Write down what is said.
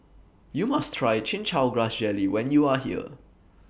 YOU must Try Chin Chow Grass Jelly when YOU Are here